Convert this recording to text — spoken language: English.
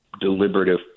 deliberative